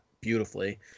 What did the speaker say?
beautifully